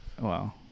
Wow